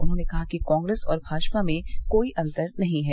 उन्होंने कहा कि कांग्रेस और भाजपा में कोई अंतर नहीं है